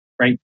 right